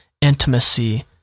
intimacy